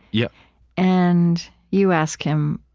yeah and you ask him,